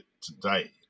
today